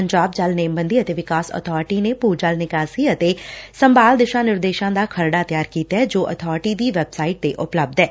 ਪੰਜਾਬ ਜਲ ਨੇਮਬੰਦੀ ਅਤੇ ਵਿਕਾਸ ਅਬਾਰਟੀ ਨੇ ਭੂ ਜਲ ਨਿਕਾਸੀ ਅਤੇ ਸੰਭਾਲ ਦਿਸ਼ਾ ਨਿਰਦੇਸ਼ਾਂ ਦਾ ਖਰੜਾ ਤਿਆਰ ਕੀਤੈ ਜੋ ਅਬਾਰਟੀ ਦੀ ਵੈਬਸਾਈਟ ਤੇ ਉਪਲਬੱਧ ਐ